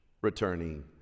returning